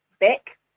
back